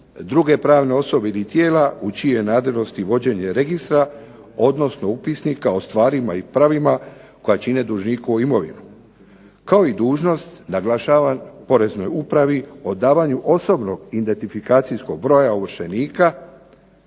druge prave osobe ili tijela u čijem je nadležnosti vođenje registra odnosno upisnika o stvarima i pravima koja čine dužnikovu imovinu, kao i dužnost naglašavam Poreznoj upravi o davanju osobnog identifikacijskog broja ovršenika,